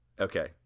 Okay